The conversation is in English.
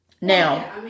Now